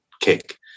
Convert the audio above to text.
cake